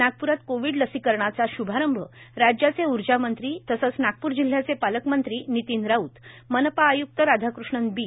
नागप्रात कोविड लसीकरणा चा श्भारंभ राज्याचे ऊर्जामंत्री तसेच नागपूर जिल्ह्याचे पालकमंत्री नितीन राऊत मनपा आय्क्त राधाकृष्णन बी